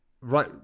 right